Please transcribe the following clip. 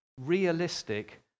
realistic